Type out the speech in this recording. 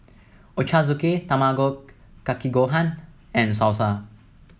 Ochazuke Tamago Kake Gohan and Salsa